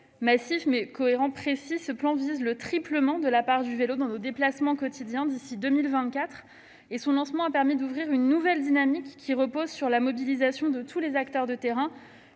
massif, mais cohérent et précis, ce plan vise à tripler la part du vélo dans nos déplacements quotidiens d'ici à 2024. Son lancement a permis de lancer une nouvelle dynamique, qui repose sur la mobilisation de tous les acteurs de terrain,